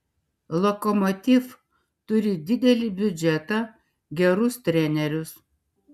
lokomotiv turi didelį biudžetą gerus trenerius